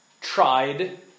tried